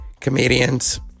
comedians